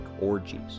orgies